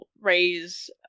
raise